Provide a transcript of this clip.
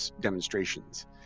demonstrations